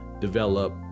develop